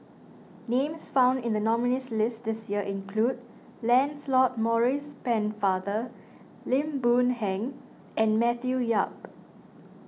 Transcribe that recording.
names found in the nominees' list this year include Lancelot Maurice Pennefather Lim Boon Heng and Matthew Yap